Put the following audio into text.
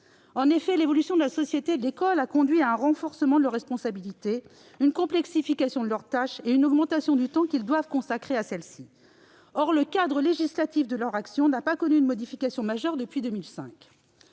En effet, l'évolution de la société et de l'école a conduit à un renforcement de leurs responsabilités, à une complexification de leurs tâches et à une augmentation du temps qu'ils doivent consacrer à celles-ci. Or, le cadre législatif de leur action n'a pas connu de modifications majeures depuis 2005.